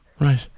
Right